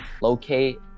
locate